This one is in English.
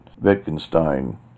Wittgenstein